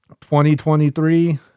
2023